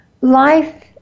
Life